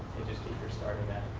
you just keep restarting that